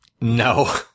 No